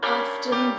often